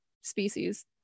species